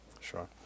Sure